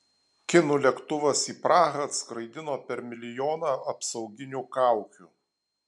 kinų lėktuvas į prahą atskraidino per milijoną apsauginių kaukių